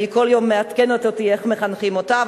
והיא כל יום מעדכנת אותי איך מחנכים אותה.